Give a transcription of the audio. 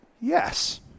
yes